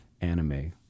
Anime